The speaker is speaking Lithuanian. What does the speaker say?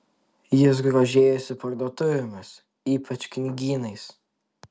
jis grožėjosi parduotuvėmis ypač knygynais